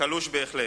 קלוש בהחלט,